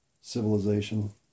civilization